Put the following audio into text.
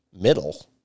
middle